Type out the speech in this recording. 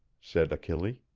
said achille,